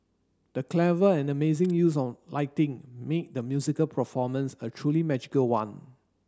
the clever and amazing use of lighting made the musical performance a truly magical one